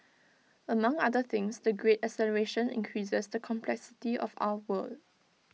among other things the great acceleration increases the complexity of our world